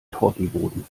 tortenboden